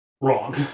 Wrong